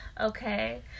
okay